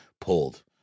pulled